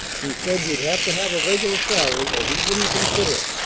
he said you'd have to have a regular salary or he wouldn't consider it,